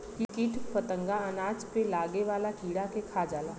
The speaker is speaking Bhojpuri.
कीट फतंगा अनाज पे लागे वाला कीड़ा के खा जाला